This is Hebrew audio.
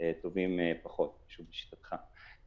טובים פחות, לשיטתך.